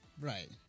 right